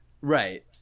Right